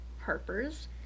Harper's